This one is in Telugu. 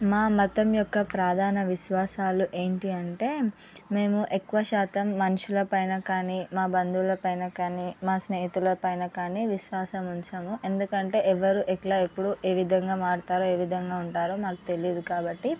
మా మతం యొక్క ప్రధాన విశ్వాసాలు ఏంటి అంటే మేము ఎక్కువ శాతం మనుషులపైన కానీ మా బంధువులపైన కానీ మా స్నేహితులపైన కానీ విశ్వాసం ఉంచము ఎందుకంటే ఎవరు ఎట్లా ఇప్పుడు ఏ విధంగా మారుతారో మాకు తెలియదు కాబట్టి